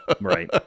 Right